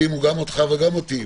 נגיע לזה.